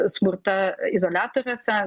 smurtą izoliatoriuose